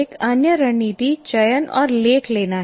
एक अन्य रणनीति चयन और लेख लेना है